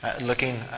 looking